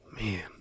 Man